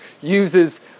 uses